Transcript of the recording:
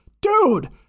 dude